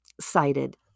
cited